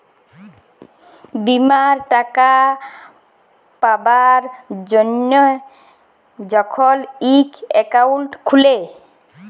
বীমার টাকা পাবার জ্যনহে যখল ইক একাউল্ট খুলে